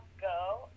go